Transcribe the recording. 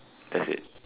that's it